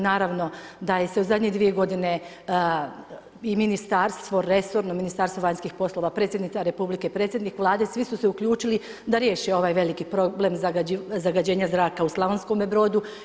Naravno da je se u zadnje dvije godine i ministarstvo, resorno Ministarstvo vanjskih poslova, predsjednica Republike, predsjednik Vlade svi su se uključili da riješi ovaj veliki problem zagađenja zraka u Slavonskome Brodu.